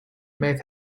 made